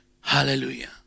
Hallelujah